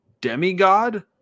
Demigod